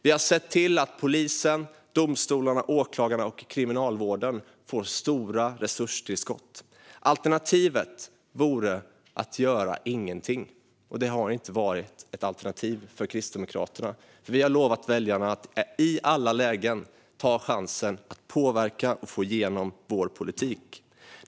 Vi har sett till att polisen, domstolarna, åklagarna och Kriminalvården får stora resurstillskott. Alternativet vore att göra ingenting, men det har inte varit något alternativ för Kristdemokraterna. Vi har lovat väljarna att i alla lägen ta chansen att påverka och få igenom vår politik.